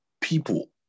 people